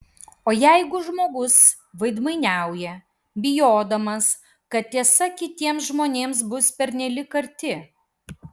o jeigu žmogus veidmainiauja bijodamas kad tiesa kitiems žmonėms bus pernelyg karti